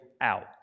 out